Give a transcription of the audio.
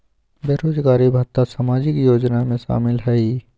बेरोजगारी भत्ता सामाजिक योजना में शामिल ह ई?